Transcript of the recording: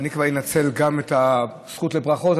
אני כבר אנצל גם את הזכות לברכות.